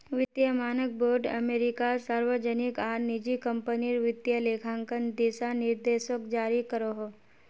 वित्तिय मानक बोर्ड अमेरिकात सार्वजनिक आर निजी क्म्पनीर वित्तिय लेखांकन दिशा निर्देशोक जारी करोहो